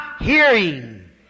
hearing